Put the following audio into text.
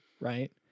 right